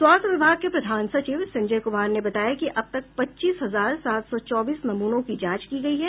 स्वास्थ्य विभाग के प्रधान सचिव संजय कुमार ने बताया कि अब तक पच्चीस हजार सात सौ चौबीस नमूनों की जांच की गई है